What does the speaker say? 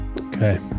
okay